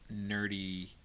nerdy